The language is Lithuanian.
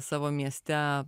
savo mieste